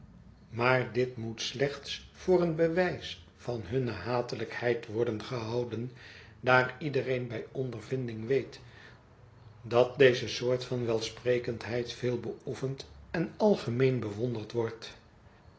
maar dit moet slechts voor een bewijs van hunne hatelijkheid worden gehouden daar iedereen bij ondervinding weet dat deze soort van welsprekendheid veel beoefend en algemeen bewonderd wordt